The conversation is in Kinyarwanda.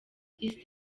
east